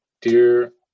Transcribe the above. dear